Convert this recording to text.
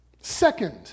Second